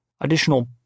additional